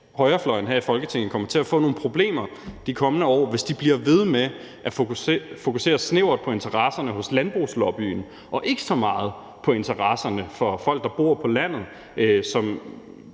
højrefløjen her i Folketinget kommer til at få nogle problemer de kommende år, hvis de bliver ved med at fokusere snævert på interesserne hos landbrugslobbyen og ikke så meget på interesserne hos folk, der bor på landet, som